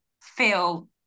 feel